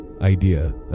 idea